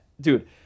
dude